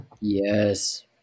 Yes